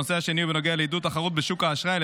הנושא השני נוגע לעידוד התחרות בשוק האשראי על